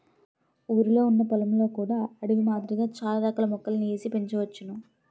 ఊరిలొ ఉన్న పొలంలో కూడా అడవి మాదిరిగా చాల రకాల మొక్కలని ఏసి పెంచోచ్చును